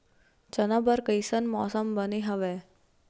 चना बर कइसन मौसम बने हवय?